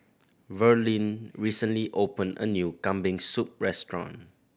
Verlyn recently opened a new Kambing Soup restaurant